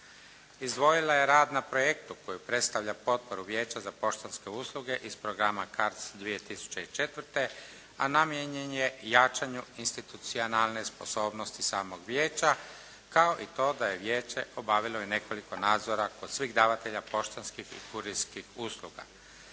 Izdvojila je rad na projektu koji predstavlja potporu Vijeća za poštanske usluge iz programa KARC 2004., a namijenjen je jačanju institucionalne sposobnosti samog vijeća kao i to da je vijeće obavilo i nekoliko nadzora kod svih davatelja poštanskih i kurirskih usluga.